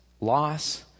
loss